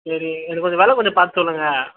சரி எனக்கு கொஞ்சம் வில கொஞ்சம் பார்த்து சொல்லுங்க